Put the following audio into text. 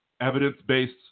evidence-based